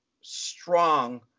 strong